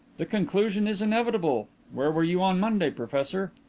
the conclusion is inevitable. where were you on monday, professor?